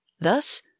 Thus